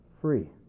free